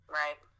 right